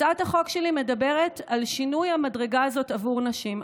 הצעת החוק שלי מדברת על שינוי המדרגה הזאת עבור נשים.